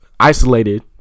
isolated